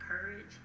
courage